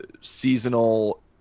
seasonal